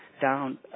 down